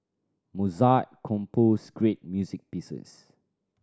Mozart composed great music pieces